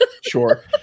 sure